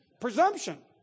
Presumption